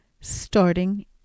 starting